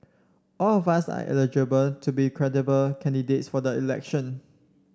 all of us are eligible to be credible candidates for the election